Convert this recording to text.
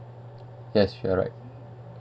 yes you are right